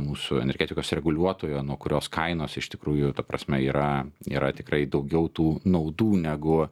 mūsų energetikos reguliuotojo nuo kurios kainos iš tikrųjų ta prasme yra yra tikrai daugiau tų naudų negu